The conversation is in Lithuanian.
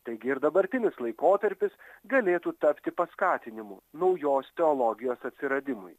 taigi ir dabartinis laikotarpis galėtų tapti paskatinimu naujos teologijos atsiradimui